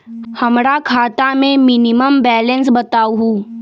हमरा खाता में मिनिमम बैलेंस बताहु?